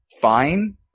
fine